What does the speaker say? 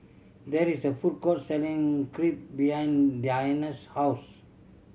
there is a food court selling Crepe behind Diana's house